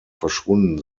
verschwunden